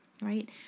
right